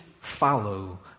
follow